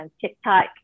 TikTok